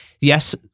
yes